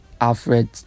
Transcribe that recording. Alfred